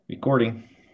recording